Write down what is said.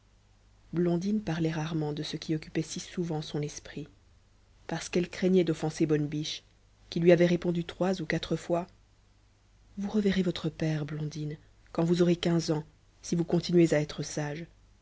blondine parlait rarement de ce qui occupait si souvent son esprit parce qu'elle craignait d'offenser bonne biche qui lui avait répondu trois ou quatre fois vous reverrez votre père blondine quand vous aurez quinze ans si vous continuez à être sage